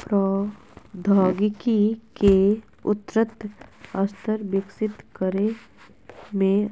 प्रौद्योगिकी के उन्नत स्तर विकसित करे में